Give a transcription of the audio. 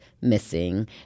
missing